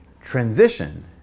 Transition